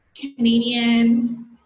Canadian